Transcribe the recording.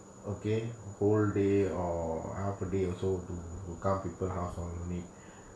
okay whole day or half a day also to to come people half only need